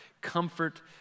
comfort